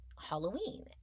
Halloween